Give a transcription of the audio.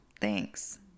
Thanks